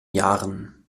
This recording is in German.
jahren